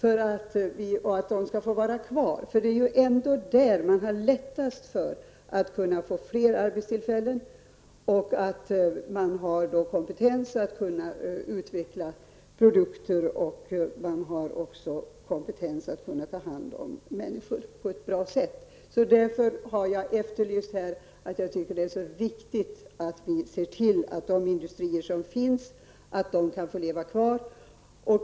Det är ändå på det sättet som det är lättast att åstadkomma fler arbetstillfällen, eftersom företagen har kompetens att utveckla produkter och att ta hand om människor på ett bra sätt. Därför tycker jag att det är viktigt att vi ser till att de industrier som finns får leva kvar.